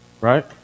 right